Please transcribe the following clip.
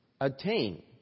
attain